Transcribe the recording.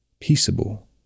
peaceable